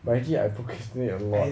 but actually I procrastinate a lot